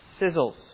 sizzles